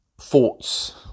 thoughts